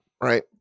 right